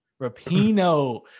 rapino